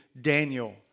Daniel